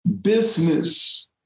business